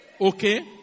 Okay